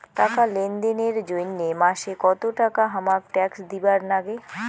টাকা লেনদেন এর জইন্যে মাসে কত টাকা হামাক ট্যাক্স দিবার নাগে?